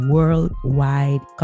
Worldwide